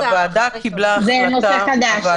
הוועדה קיבלה החלטה --- זה נושא חדש.